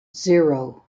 zero